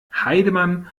heidemann